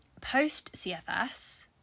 Post-CFS